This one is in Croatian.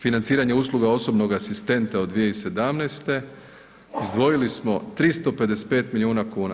Financiranje usluga osobnog asistenta od 2017., izdvojili smo 355 milijuna kuna.